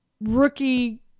rookie